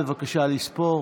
בבקשה, לספור.